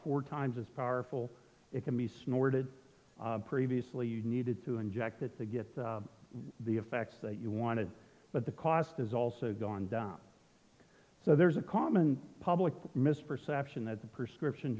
four times as powerful it can be snorted previously you needed to inject it to get the effects that you wanted but the cost is also gone down so there's a common public misperception that the prescription